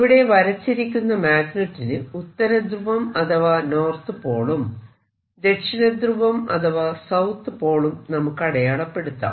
ഇവിടെ വരച്ചിരിക്കുന്ന മാഗ്നെറ്റിനു ഉത്തര ധ്രുവം അഥവാ നോർത്ത് പോളും ദക്ഷിണ ധ്രുവം അഥവാ സൌത്ത് പോളും നമുക്ക് അടയാളപ്പെടുത്താം